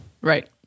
right